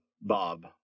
bob